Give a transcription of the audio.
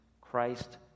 Christ